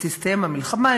כשתסתיים המלחמה,